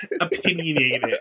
opinionated